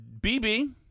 BB